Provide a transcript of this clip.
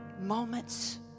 Moments